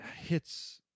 hits